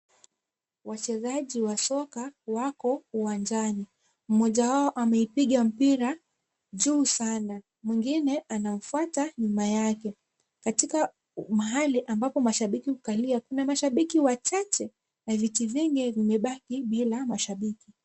Wachezaji wa soka wako uwanjani. Mmoja wao ameupiga mpira juu sana, mwingine anamfuata nyuma yake katika mahali ambapo mashabiki hukalia, Kuna mashabiki wachache na viti vingi vimebaki bila mashabiki.